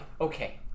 okay